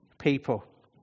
people